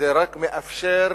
רק מאפשר